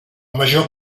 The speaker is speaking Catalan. major